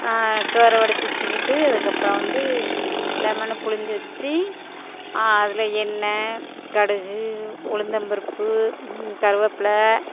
சோறை வடித்து வெச்சுக்கிட்டு அதுக்கப்புறம் வந்து லெமனை புழிஞ்சி வெச்சு அதில் எண்ணெய் கடுகு உளுந்தம்பருப்பு கருவேப்பில